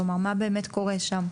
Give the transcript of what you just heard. כלומר מה באמת קורה שם?